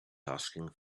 asking